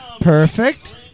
Perfect